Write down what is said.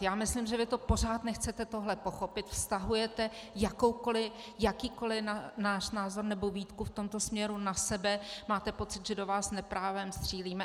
Já myslím, že vy pořád nechcete tohle pochopit, vztahujete jakýkoli náš názor nebo výtku v tomto směru na sebe, máte pocit, že do vás neprávem střílíme.